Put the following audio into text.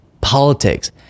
politics